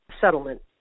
settlement